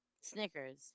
Snickers